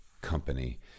company